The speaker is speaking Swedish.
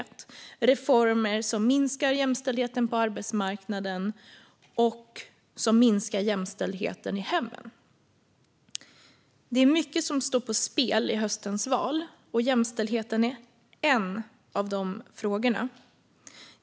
Det är reformer som minskar jämställdheten på arbetsmarknaden och i hemmen. Det är mycket som står på spel i höstens val. Jämställdheten är en av de frågorna.